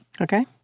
Okay